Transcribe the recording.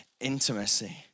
intimacy